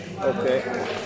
Okay